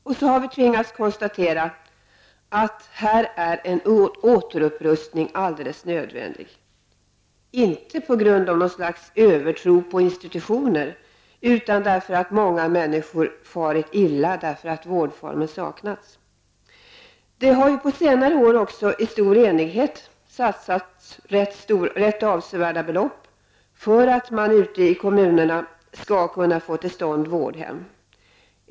Sedan har vi tvingats konstatera, att en återupprustning är alldeles nödvändig -- inte av något slags övertro på institutioner, utan därför att många människor farit illa på grund av att vårdformen saknats. Det har ju på senare år också, i stor enighet, satsats rätt avsevärda belopp för att man ute i kommunerna skall kunna få till stånd vårdhem.